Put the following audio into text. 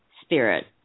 Spirit